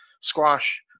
squash